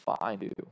fine